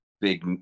big